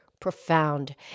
Profound